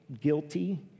guilty